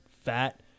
fat